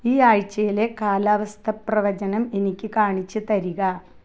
ഈ ആഴ്ചയിലെ കാലാവസ്ഥ പ്രവചനം എനിക്ക് കാണിച്ച് തരിക